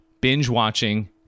binge-watching